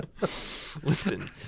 listen